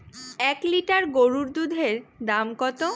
এক লিটার গরুর দুধের দাম কত?